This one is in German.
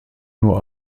nur